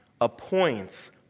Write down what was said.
appoints